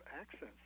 accents